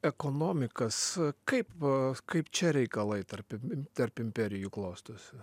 ekonomikas kaip va kaip čia reikalai tarp im imperijų klostosi